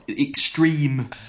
extreme